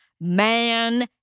man